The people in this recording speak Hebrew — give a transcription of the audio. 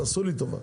תעשו לי טובה.